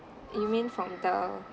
you mean from the